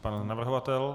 Pan navrhovatel?